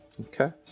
Okay